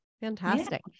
fantastic